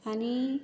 आनी